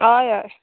हय हय